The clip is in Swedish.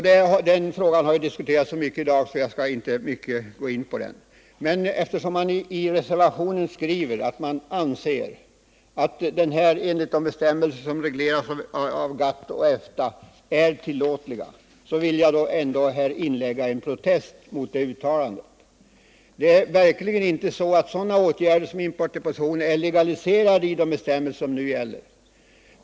Den frågan har diskuterats så mycket i dag att jag inte närmare skall gå in på den. Men när man i reservationen skriver att man anser att sådana avgifter enligt de bestämmelser som regleras av GATT och EFTA är tillåtliga vill jag ändå inlägga en protest mot det uttalandet. Sådana åtgärder som importdepositioner är verkligen inte legaliserade i de bestämmelser som nu gäller.